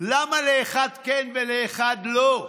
למה לאחד כן ולאחד לא?